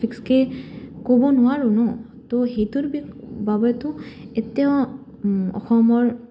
ফিক্সকে ক'ব নোৱাৰোঁ ন তো সেইটোৰ বাবেতো এতিয়াও অসমৰ